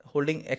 Holding